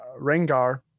Rengar